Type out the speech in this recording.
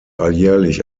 alljährlich